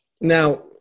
Now